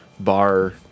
bar